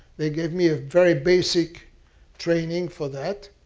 they gave me a very basic training for that.